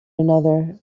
another